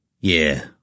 Yeah